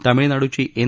तामिळनाडूची N